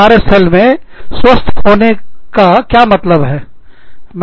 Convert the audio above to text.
कार्य स्थल में स्वस्थ होने का क्या मतलब है